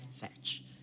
Fetch